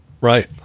Right